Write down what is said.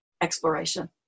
exploration